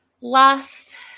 Last